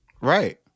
Right